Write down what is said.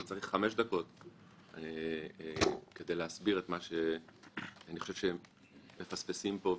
אני צריך חמש דקות כדי להסביר את מה שאני חושב שמפספסים פה,